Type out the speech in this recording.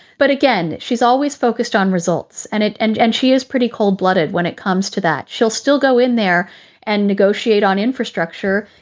but again, she's always focused on results and it and and she is pretty cold blooded when it comes to that. she'll still go in there and negotiate on infrastructure,